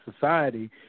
society